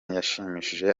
yashimishije